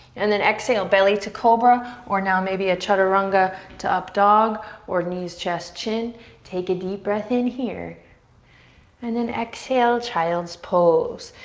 and then exhale, belly to cobra or now maybe a chaturanga to up dog or knees-chest-chin. take a deep breath in here and then exhale, child's pose.